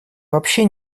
вообще